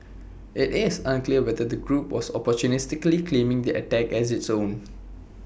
IT is unclear whether the group was opportunistically claiming the attack as its own